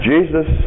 Jesus